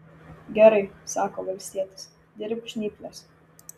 gerai sako valstietis dirbk žnyples